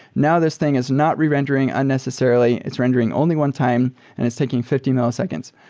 now this thing is not re-rendering unnecessarily. it's rendering only one time and it's taking fifty milliseconds.